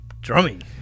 drumming